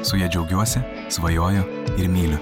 su ja džiaugiuosi svajoju ir myliu